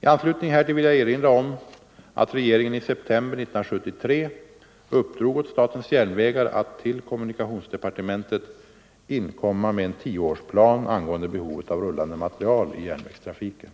I anslutning härtill vill jag erinra om att regeringen i september 1973 uppdrog åt statens järnvägar att till kommunikationsdepartementet inkomma med en tioårsplan angående behovet av rullande materiel i järnvägstrafiken.